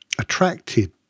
attracted